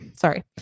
Sorry